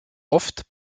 oft